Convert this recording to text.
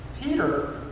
Peter